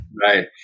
Right